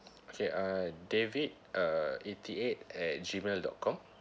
okay uh david uh eighty eight at Gmail dot com